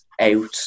out